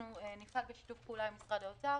אנחנו נפעל בשיתוף פעולה עם משרד האוצר